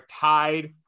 tied